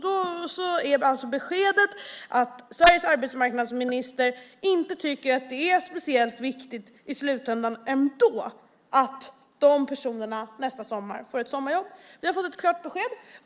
Då är alltså beskedet att Sveriges arbetsmarknadsminister inte tycker att det är speciellt viktigt i slutändan att de personerna får ett sommarjobb nästa sommar. Vi har fått ett klart besked.